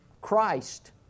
Christ